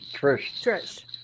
Trish